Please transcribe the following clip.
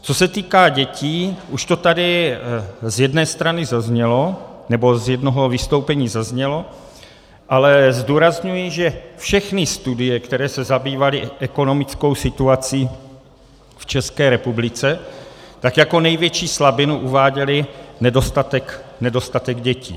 Co se týká dětí, už to tady z jedné strany zaznělo, nebo z jednoho vystoupení zaznělo, ale zdůrazňuji, že všechny studie, které se zabývaly ekonomickou situací v České republice, jako největší slabinu uváděly nedostatek dětí.